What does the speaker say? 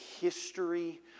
history